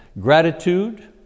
Gratitude